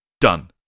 Done